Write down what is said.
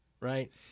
right